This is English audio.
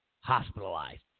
hospitalized